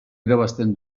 irabazten